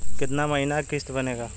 कितना महीना के किस्त बनेगा?